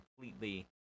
completely